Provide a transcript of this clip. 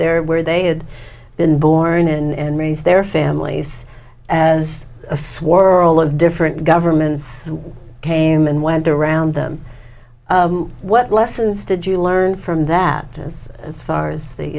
there where they had been born in raised their families as a swirl of different governments came and went around them what lessons did you learn from that is as far as the